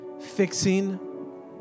Fixing